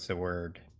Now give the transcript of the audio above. so word